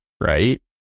right